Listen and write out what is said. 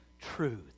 truth